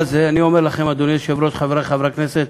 אני אומר לכם, אדוני היושב-ראש, חברי חברי הכנסת,